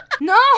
No